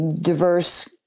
diverse